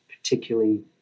particularly